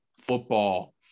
football